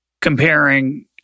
comparing